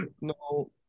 No